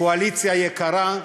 קואליציה יקרה,